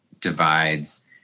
divides